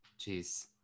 Jeez